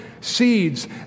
seeds